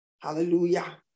Hallelujah